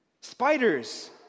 Spiders